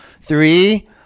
Three